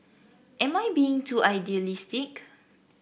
am I being too idealistic